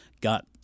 got